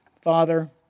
Father